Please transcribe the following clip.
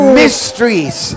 mysteries